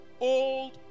old